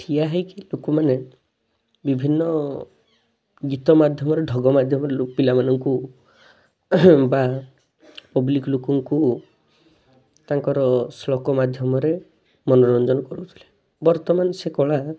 ଠିଆ ହେଇକି ଲୋକମାନେ ବିଭିନ୍ନ ଗୀତ ମାଧ୍ୟମରେ ଢଗ ମାଧ୍ୟମରେ ପିଲାମାନଙ୍କୁ ବା ପବ୍ଲିକ୍ ଲୋକଙ୍କୁ ତାଙ୍କର ଶ୍ଳୋକ ମାଧ୍ୟମରେ ମନୋରଞ୍ଜନ କରୁଥିଲେ ବର୍ତ୍ତମାନ ସେ କଳା